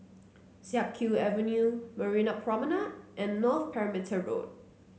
Siak Kew Avenue Marina Promenade and North Perimeter Road